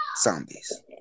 zombies